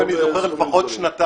אם אני אומר לפחות שנתיים,